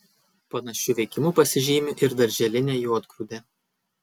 panašiu veikimu pasižymi ir darželinė juodgrūdė